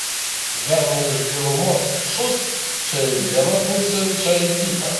žemė iš gilumos šūst čia į vieną pusę čia į kitą